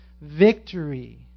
victory